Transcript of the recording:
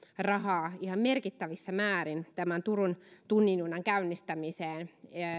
rahaa ihan merkittävissä määrin turun tunnin junan käynnistämiseen